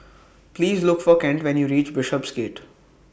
Please Look For Kent when YOU REACH Bishopsgate